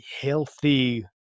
healthy